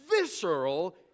visceral